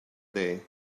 day